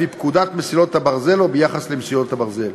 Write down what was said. לפי פקודת מסילות הברזל או ביחס למסילות הברזל.